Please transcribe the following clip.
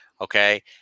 okay